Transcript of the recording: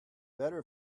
better